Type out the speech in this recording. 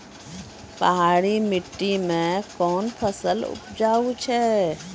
पहाड़ी मिट्टी मैं कौन फसल उपजाऊ छ?